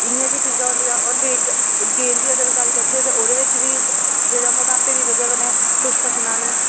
इ'यां गै चीज़ां होन्दियां ते वेट गेन दी अगर गल्ल करचै ते ओह्दे बिच बी जेह्ड़े मोटापे दी बजह् कन्नै कुछ पचना निं